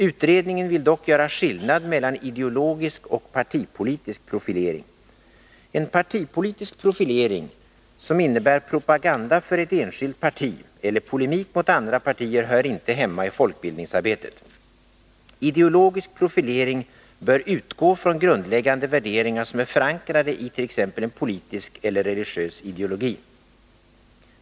——-—- Utredningen vill dock göra skillnad mellan ideologisk och partipolitisk profilering. En partipolitisk profilering som innebär propaganda för ett enskilt parti eller polemik mot andra partier hör inte hemma i folkbildningsarbetet. Ideologisk profilering bör utgå från grundläggande värderingar, som är förankrade it.ex. en politisk eller religiös ideologi.